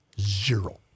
Zero